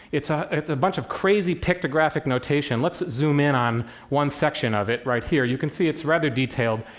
it's ah it's a bunch of crazy pictographic notation. let's zoom in on one section of it right here. you can see it's rather detailed.